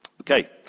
Okay